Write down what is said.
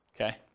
okay